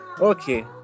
okay